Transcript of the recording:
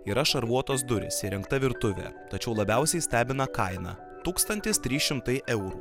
yra šarvuotos durys įrengta virtuvė tačiau labiausiai stebina kaina tūkstantis trys šimtai eurų